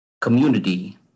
community